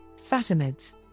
Fatimids